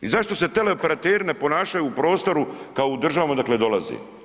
I zašto se teleoperateri ne ponašaju u prostoru kao u državama odakle dolaze?